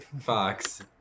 Fox